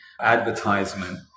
advertisement